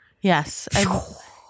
Yes